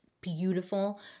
beautiful